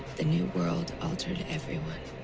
the new world altered everyone.